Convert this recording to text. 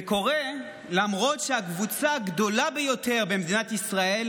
זה קורה למרות שהקבוצה הגדולה ביותר במדינת ישראל